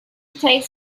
takes